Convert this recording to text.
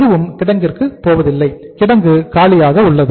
எதுவும் கிடங்கிற்கு போவதில்லை கிடங்கு காலியாக உள்ளது